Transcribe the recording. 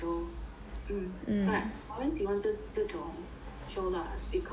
hmm but 我很喜欢这种 show lah cause